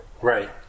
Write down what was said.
Right